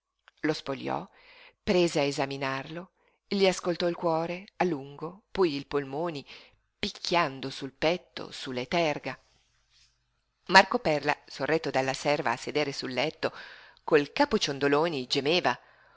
lo spogliò prese a esaminarlo gli ascoltò il cuore a lungo poi i polmoni picchiando sul petto su le terga marco perla sorretto dalla serva a sedere sul letto col capo ciondoloni gemeva